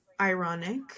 ironic